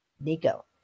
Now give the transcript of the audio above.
Nico